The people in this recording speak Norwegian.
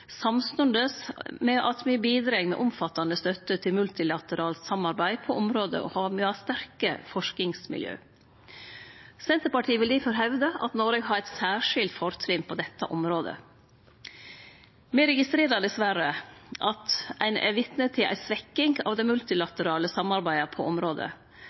samstundes med at me bidreg med omfattande støtte til multilateralt samarbeid på området, og me har sterke forskingsmiljø. Senterpartiet vil difor hevde at Noreg har eit særskilt fortrinn på dette området. Me registrerer dessverre at ein er vitne til ei svekking av det multilaterale samarbeidet på området.